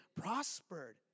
prospered